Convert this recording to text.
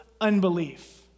unbelief